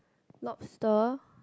lobster